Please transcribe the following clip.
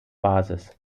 basis